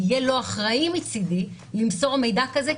זה יהיה לא אחראי מצדי למסור מידע כזה,